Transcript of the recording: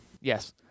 Yes